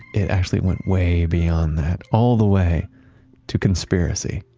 it actually went way beyond that, all the way to conspiracy.